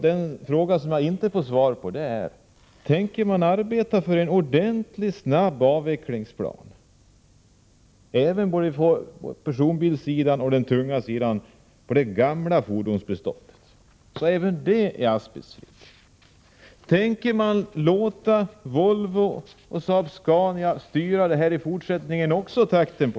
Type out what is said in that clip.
Den fråga som jag inte fått svar på är: Tänker man arbeta för en ordentlig och snabb avvecklingsplan, även på personbilssidan och för tunga fordon i det gamla fordonsbeståndet, så att även detta blir asbestfritt, eller tänker man låta Volvo och Saab-Scania även i fortsättningen styra takten?